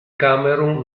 camerun